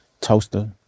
toaster